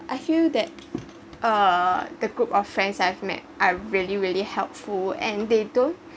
I feel that uh the group of friends I've met are really really helpful and they don’t